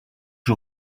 you